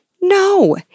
No